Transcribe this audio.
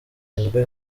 nibwo